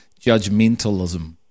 judgmentalism